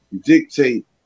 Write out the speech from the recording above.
dictate